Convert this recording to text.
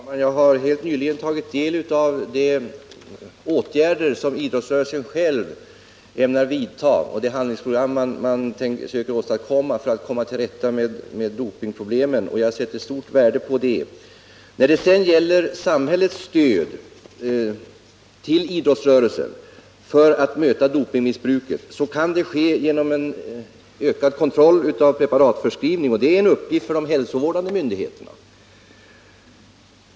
Herr talman! Jag har helt nyligen tagit del av redogörelser för de åtgärder som idrottsrörelsen själv ämnar vidta och av det handlingsprogram man söker få fram för att komma till rätta med dopingproblemen, och jag sätter stort värde på det. När det sedan gäller samhällets stöd till idrottsrörelsen för att möta dopingmissbruket, så kan det ske genom en ökad kontroll av preparatförskrivning, och det är en uppgift för de hälsovårdande myndigheterna.